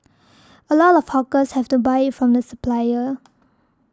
a lot of hawkers have to buy it from the supplier